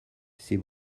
ces